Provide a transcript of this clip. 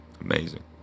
amazing